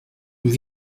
nous